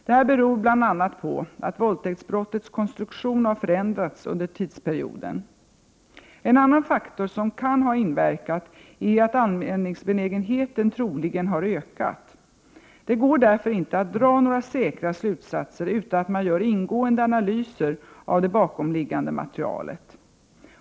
Detta beror bl.a. på att våldtäktsbrottets konstruktion har förändrats under tidsperioden. En annan faktor som kan ha inverkat är att anmälningsbenägenheten troligen har ökat. Det går därför inte att dra några säkra slutsatser utan att man gör ingående analyser av det bakomliggande materialet.